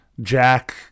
Jack